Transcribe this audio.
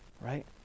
right